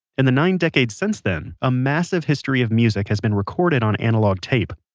in the nine decades since then, a massive history of music has been recorded on analog tape.